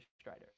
Strider